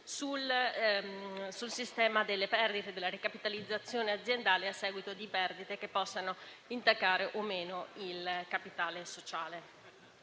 sul sistema della ricapitalizzazione aziendale a seguito di perdite che possano intaccare o meno il capitale sociale.